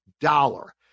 dollar